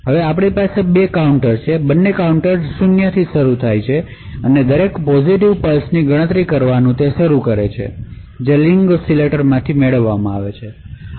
હવે આપણી પાસે બે કાઉન્ટર્સ છે બંને કાઉન્ટર્સ 0 થી શરૂ થાય છે અને તેઓ દરેક પોજિટિવ પલ્સ જે રીંગ ઑસિલેટરમાંથી મેળવવામાં આવે છે તેની ગણતરી કરવાનું શરૂ કરે છે